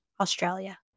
Australia